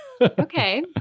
Okay